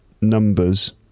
numbers